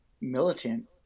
militant